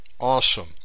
Awesome